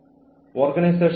അനുസരണക്കേട് കൈകാര്യം ചെയ്യൽ